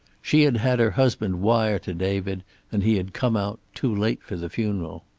she had had her husband wire to david and he had come out, too late for the funeral.